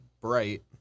Bright